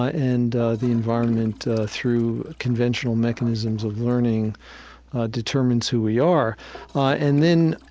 ah and the environment through conventional mechanisms of learning determines who we are and then,